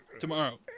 tomorrow